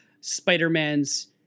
Spider-Man's